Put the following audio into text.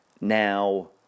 Now